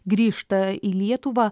grįžta į lietuvą